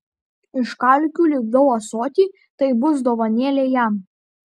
iš kalkių lipdau ąsotį tai bus dovanėlė jam